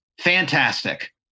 Fantastic